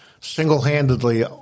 single-handedly